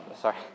sorry